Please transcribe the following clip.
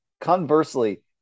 Conversely